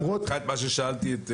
מבחינת מה ששאלתי?